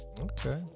Okay